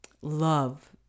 Love